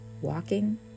walking